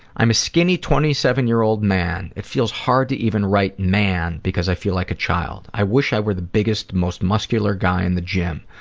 i'm a skinny twenty seven year old man. it feels hard to even write man because i feel like a child. i wish i were the biggest, most muscular guy in the gym.